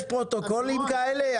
יש פרוטוקולים כאלה?